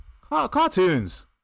cartoons